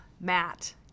Matt